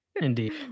Indeed